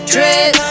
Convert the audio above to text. Drip